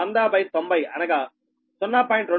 18 10090 అనగా 0